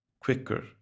quicker